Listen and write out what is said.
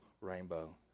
rainbow